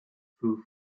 through